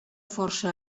força